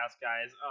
guys